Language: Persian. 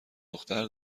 دختر